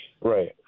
Right